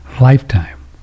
Lifetime